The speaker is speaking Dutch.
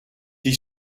die